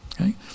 okay